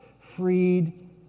freed